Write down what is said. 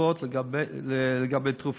לגבי תרופות.